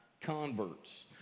converts